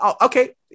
Okay